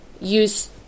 use